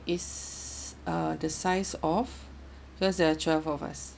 is uh the size of because there are twelve of us